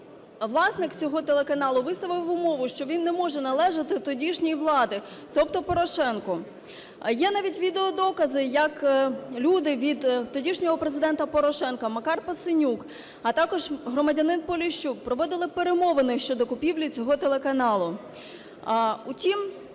власник цього телеканалу виставив умову, що він не може належати тодішній владі, тобто Порошенку. Є навіть відеодокази, як люди від тодішнього Президента Порошенка Макар Пасенюк, а також громадянин Поліщук проводили перемовини щодо купівлі цього телеканалу. Втім